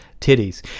titties